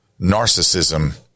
narcissism